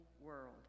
world